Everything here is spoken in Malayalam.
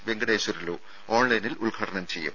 വെങ്കിടേശ്വരലു ഓൺലൈനിൽ ഉദ്ഘാടനം ചെയ്യും